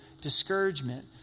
discouragement